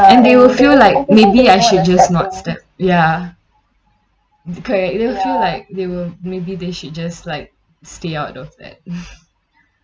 and they will feel like maybe I should just not step ya okay they will feel like they will maybe they should just like stay out of it